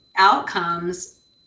outcomes